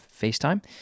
FaceTime